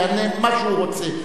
יענה מה שהוא רוצה.